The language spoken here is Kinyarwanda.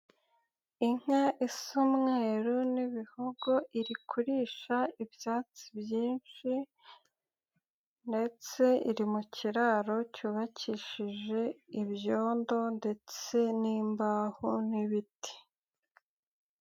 Inka isa umweru n'ibihogo, iri kurisha ibyatsi byinshi ndetse iri mu kiraro cyubakishije ibyondo ndetse n'imbaho n'ibiti.